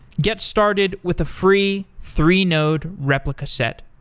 get started with a free three-node replica set,